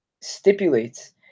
stipulates